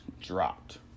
dropped